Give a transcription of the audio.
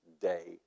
day